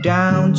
Down